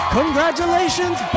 congratulations